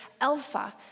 Alpha